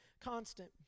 constant